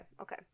okay